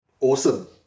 Awesome